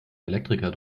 elektriker